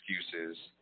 excuses